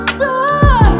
door